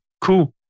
cool